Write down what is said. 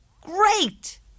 Great